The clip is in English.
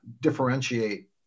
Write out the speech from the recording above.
differentiate